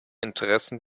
interessen